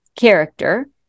character